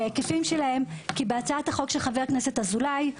כי בהצעת החוק של חבר הכנסת אזולאי,